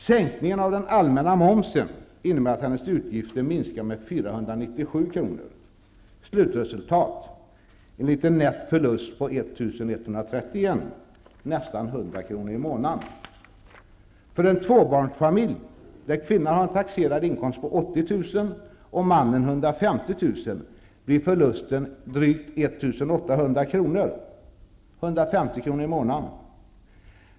Sänkningen av den allmänna momsen innebär att hennes utgifter minskar med 497 kr. Slutresultat är en liten nätt förlust på 1 131 kr. Det är nästan 100 kr. i månaden. För en tvåbarnsfamilj där kvinnan har en taxerad inkomst på 80 000 kr. och mannen 150 000 kr. blir förlusten drygt 1 800 kr., dvs. 150 kr. i månaden.